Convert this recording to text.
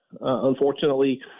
unfortunately